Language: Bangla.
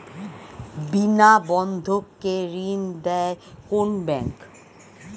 বিনা বন্ধক কে ঋণ দেয় কোন ব্যাংক?